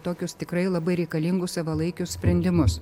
tokius tikrai labai reikalingus savalaikius sprendimus